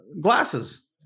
glasses